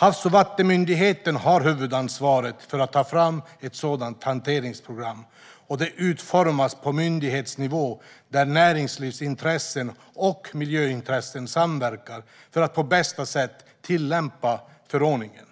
Havs och vattenmyndigheten har huvudansvaret för att ta fram ett sådant hanteringsprogram, och det utformas på myndighetsnivå där näringslivsintressen och miljöintressen samverkar för att på bästa sätt tillämpa förordningen.